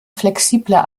flexibler